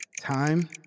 Time